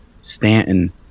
Stanton